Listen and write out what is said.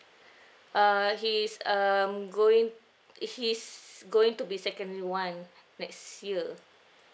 uh he's um going he's going to be secondary one next year